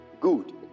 good